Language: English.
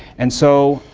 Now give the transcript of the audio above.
and so,